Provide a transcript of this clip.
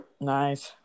Nice